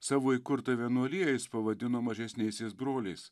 savo įkurtą vienuoliją jis pavadino mažesniaisiais broliais